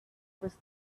was